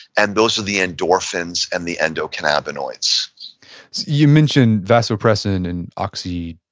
and those are the endorphins and the endocannabinoids you mentioned vasopressin and oxytocin.